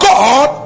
God